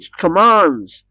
commands